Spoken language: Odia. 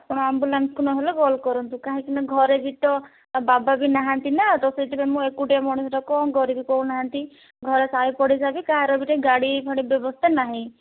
ଆପଣ ଆମ୍ବୁଲାନ୍ସକୁ ନହେଲେ କଲ୍ କରନ୍ତୁ କାହିଁକି ନା ଘରେ ବି ତ ତା ବାବା ବି ନାହାନ୍ତି ନା ତ ସେଇଥିପାଇଁ ମୁଁ ଏକୁଟିଆ ମଣିଷଟା କ'ଣ କରିବି କହୁନାହାନ୍ତି ଘର ସାହି ପଡ଼ିଶା କି କାହାର ଗୋଟେ ଗାଡ଼ି ଫାଡ଼ି ବ୍ୟବସ୍ଥା ନାହିଁ